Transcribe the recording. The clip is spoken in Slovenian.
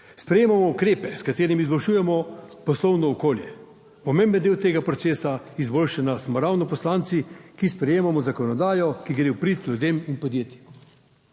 Sprejemamo ukrepe s katerimi izboljšujemo poslovno okolje. Pomemben del tega procesa izboljšanja smo ravno poslanci, ki sprejemamo zakonodajo, ki gre v prid ljudem in podjetjem.